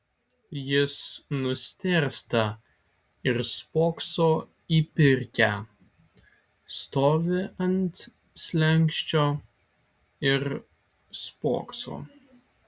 jis nustėrsta ir spokso į pirkią stovi ant slenksčio ir spokso